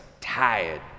tired